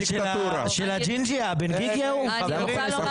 אני רוצה לומר,